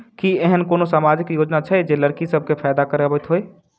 की एहेन कोनो सामाजिक योजना छै जे लड़की सब केँ फैदा कराबैत होइ?